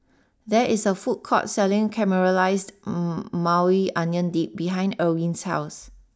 there is a food court selling Caramelized Maui Onion Dip behind Erwin's house